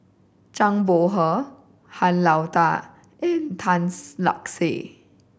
Zhang Bohe Han Lao Da and Tan Lark Sye